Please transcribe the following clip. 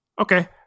Okay